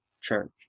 church